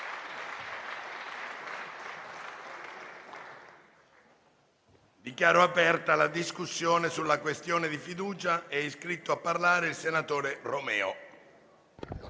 Dichiaro aperta la discussione sulla questione di fiducia. È iscritto a parlare il senatore Romeo.